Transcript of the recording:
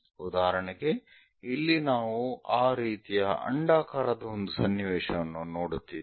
ಉದಾಹರಣೆಗೆ ಇಲ್ಲಿ ನಾವು ಆ ರೀತಿಯ ಅಂಡಾಕಾರದ ಒಂದು ಸನ್ನಿವೇಶವನ್ನು ನೋಡುತ್ತಿದ್ದೇವೆ